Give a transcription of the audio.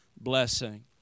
blessing